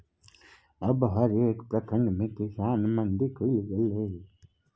अब हरेक प्रखंड मे किसान मंडी खुलि गेलै ये